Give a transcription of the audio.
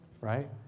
right